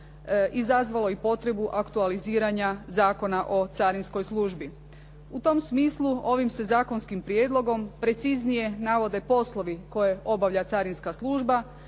izazvalo i potrebu aktualiziranja Zakona o carinskoj službi. U tom smislu ovim se zakonskim prijedlogom preciznije navode poslove koje obavlja carinska služba,